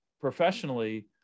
professionally